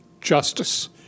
justice